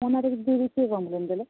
ମୋ ନାଁରେ ଦିଦି କିଏ କମ୍ପ୍ଲେନ୍ ଦେଲେ